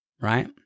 Right